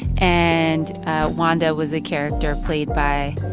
and wanda was a character played by